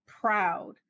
proud